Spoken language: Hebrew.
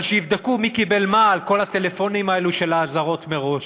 אבל שיבדקו מי קיבל מה על כל הטלפונים האלה של האזהרות מראש.